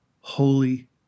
Holy